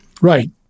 Right